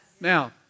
Now